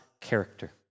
character